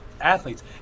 athletes